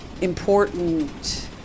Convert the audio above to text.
important